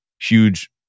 huge